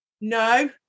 No